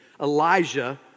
Elijah